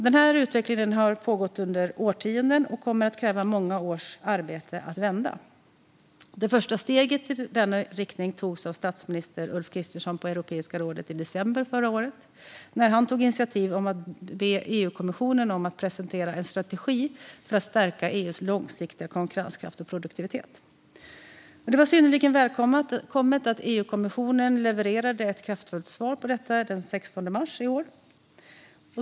Den utvecklingen har pågått under årtionden och kommer att kräva många års arbete att vända. Det första steget i denna riktning togs av statsminister Ulf Kristersson på Europeiska rådet i december förra året när han tog initiativ till att be EU-kommissionen att presentera en strategi för att stärka EU:s långsiktiga konkurrenskraft och produktivitet. Det var synnerligen välkommet att EU-kommissionen levererade ett kraftfullt svar på detta den 16 mars i år.